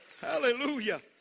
Hallelujah